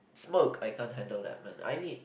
smoke I can't handle that but I need